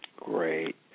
Great